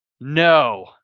no